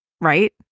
right